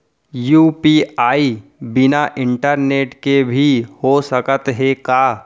UPI बिना internet के भी हो सकत हे का?